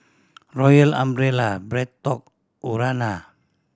Royal Umbrella BreadTalk Urana